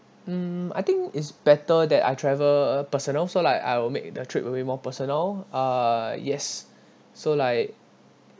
hmm I think it's better that I travel uh personal so like I will make the trip a bit more personal uh yes so like